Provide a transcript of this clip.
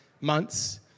months